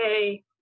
hey